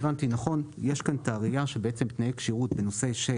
יש כאן את הראייה שתנאי כשירות בנושא של